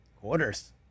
Quarters